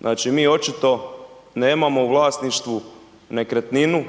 Znači, mi očito nemamo u vlasništvu nekretninu